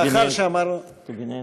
קבינט.